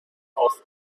off